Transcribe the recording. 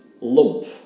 lump